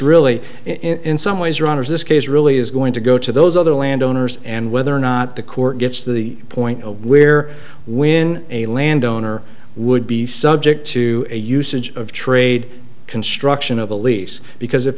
really in some ways your honour's this case really is going to go to those other landowners and whether or not the court gets to the point where when a landowner would be subject to a usage of trade construction of a lease because if